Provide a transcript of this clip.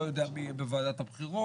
אני לא יודע מי יהיה בוועדת הבחירות,